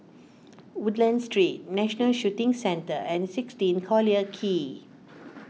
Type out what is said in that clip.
Woodlands Street National Shooting Centre and sixteen Collyer Quay